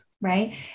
right